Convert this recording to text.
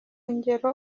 ngero